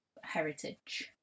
heritage